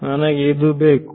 ನನಗೆ ಇದು ಬೇಕು